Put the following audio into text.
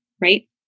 right